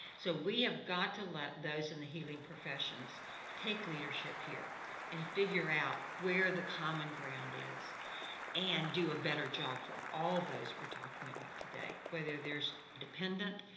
so we have got to let those in the healing professions take leadership here and figure out where the common ground is and do a better job for all those we're talking about today, whether they're dependent,